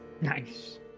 Nice